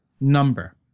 number